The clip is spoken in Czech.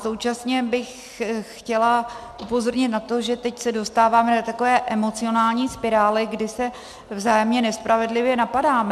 A současně bych chtěla upozornit na to, že teď se dostáváme do takové emocionální spirály, kdy se vzájemně nespravedlivě napadáme.